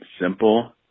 simple